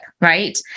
right